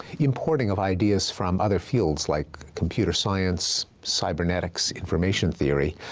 importing of ideas from other fields, like computer science, cybernetics, information theory,